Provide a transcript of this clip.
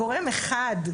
גורם אחד,